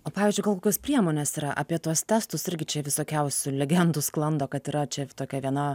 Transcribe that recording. o pavyzdžiui gal kokios priemonės yra apie tuos testus irgi čia visokiausių legendų sklando kad yra čia tokia viena